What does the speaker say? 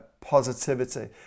positivity